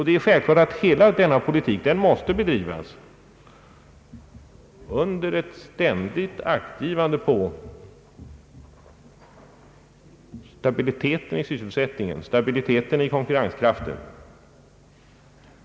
Det är självklart att hela denna politik måste bedrivas under ett ständigt aktgivande på stabiliteten i sysselsättningen och stabiliteten i konkurrenskraften.